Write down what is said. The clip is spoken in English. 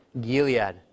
Gilead